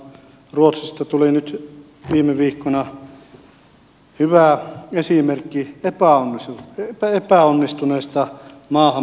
ruotsista tuli nyt viime viikkoina hyvä esimerkki epäonnistuneesta maahanmuutosta